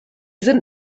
sind